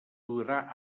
durà